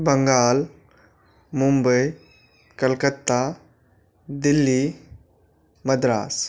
Bengal Mumbai Calcutta Delhi Madras